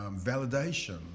validation